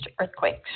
earthquakes